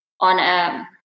on